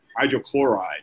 hydrochloride